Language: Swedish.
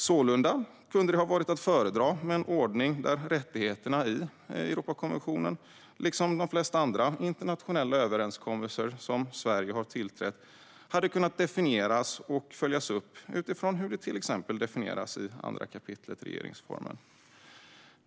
Sålunda hade en ordning varit att föredra där rättigheterna i Europakonventionen, liksom de flesta andra internationella överenskommelser som Sverige har tillträtt, hade kunnat definieras och följas upp utifrån hur de till exempel definieras i 2 kap. regeringsformen.